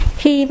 khi